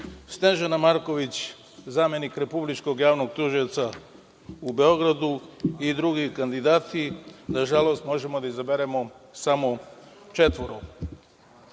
Snežana Marković, zamenik republičkog javnog tužioca u Beogradu i drugi kandidati. Nažalost, možemo da izaberemo samo četvoro. Kada